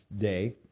Day